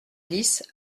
dix